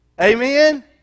Amen